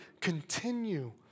continue